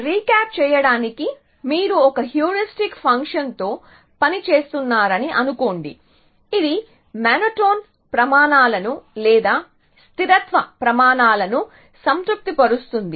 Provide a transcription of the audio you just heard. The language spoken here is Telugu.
రీకాప్ చేయడానికి మీరు ఒక హ్యూరిస్టిక్ ఫంక్షన్తో పని చేస్తున్నారని అనుకోండి ఇది మోనోటోన్ ప్రమాణాలను లేదా స్థిరత్వ ప్రమాణాల ను సంతృప్తిపరుస్తుంది